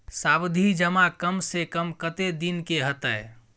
सावधि जमा कम से कम कत्ते दिन के हते?